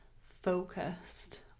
focused